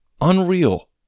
Unreal